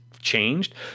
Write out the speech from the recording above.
changed